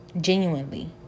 Genuinely